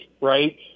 right